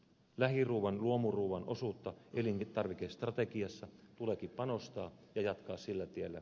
lähiruuan luomuruuan osuuteen elintarvikestrategiassa tuleekin panostaa ja jatkaa sillä tiellä